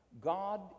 God